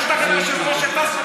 חבר הכנסת אמסלם.